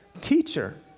Teacher